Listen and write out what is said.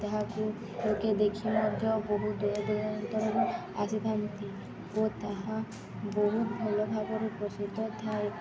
ତାହାକୁ ଲୋକେ ଦେଖି ମଧ୍ୟ ବହୁ ଦୂର ଦୂରାନ୍ତରରୁ ଆସିଥାନ୍ତି ଓ ତାହା ବହୁତ ଭଲଭାବରେ ପ୍ରସିଦ୍ଧ ଥାଏ